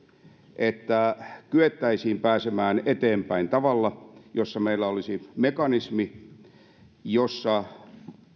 että kyettäisiin pääsemään eteenpäin tavalla jossa meillä olisi mekanismi jossa